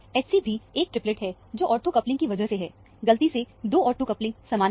Hc भी एक triplet है जो ऑर्थो कपलिंग की वजह से है गलती से दो ऑर्थो कपलिंग समान है